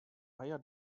higher